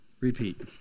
repeat